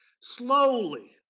slowly